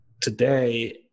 today